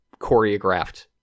choreographed